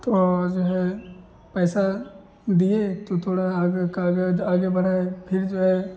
तो और जो है पैसे दिए तो थोड़ा आगे काग़ज़ आगे बढ़ाए फिर जो है